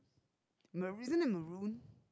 mar~ isn't it maroon